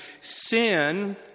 sin